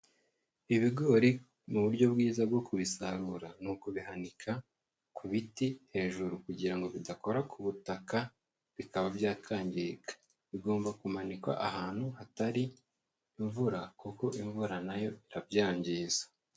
Ibigori mu buryo bwiza bwo kubisarura ni ukubihanika ku biti hejuru kugira ngo bidakora ku butaka bikaba byakangirika, bigomba kumanikwa ahantu hatari imvura kuko imvura na yo irabyangiza.